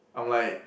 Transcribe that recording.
I'm like